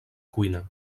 cuina